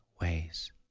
ways